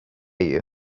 you